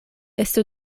estu